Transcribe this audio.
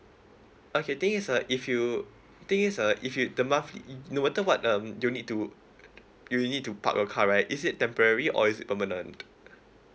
okay thank you sir if you thank you sir if you the monthly mm no matter what um do you need to err you'll need to park your car right is it temporary or is it permanent